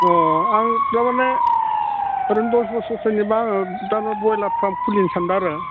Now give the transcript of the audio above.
अ आं थारमाने ओरैनो दस बोसोर सोरनिबा आङो दा बयलार फार्म खुलिनो सान्दों आरो